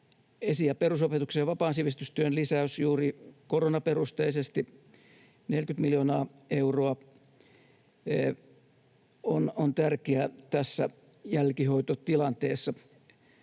esi- ja perusopetuksen ja vapaan sivistystyön lisäys juuri koronaperusteisesti, 40 miljoonaa euroa, on tärkeä tässä jälkihoitotilanteessa